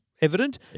evident